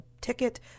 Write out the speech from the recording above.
ticket